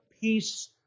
peace